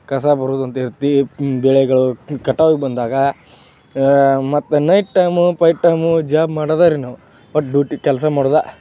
ಕಸ ಬರೋದು ಅಂತ ಇರ್ತೆ ಬೆಳೆಗಳು ಕಟಾವಿಗೆ ಬಂದಾಗ ಮತ್ತು ನೈಟ್ ಟೈಮು ಪೈ ಟೈಮು ಜಾಬ್ ಮಾಡೋದರಿ ನಾವು ಒಟ್ಟು ಡ್ಯೂಟಿ ಕೆಲಸ ಮಾಡೋದು